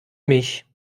mich